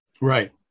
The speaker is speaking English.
Right